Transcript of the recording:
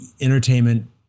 entertainment